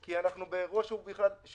כי זה אירוע שכבר פקע.